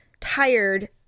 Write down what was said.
tired